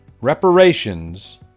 Reparations